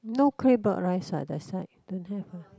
no claypot rice what that side don't have ah